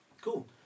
cool